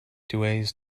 duets